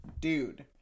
Dude